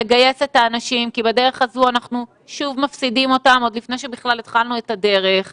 לעומת זאת אנחנו שומעים שר בכיר שמדבר על חתונות עם 200 איש,